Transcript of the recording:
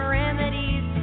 remedies